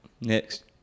Next